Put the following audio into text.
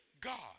God